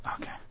okay